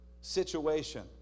situation